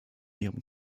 ihrem